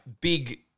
big